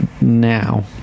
now